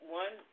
one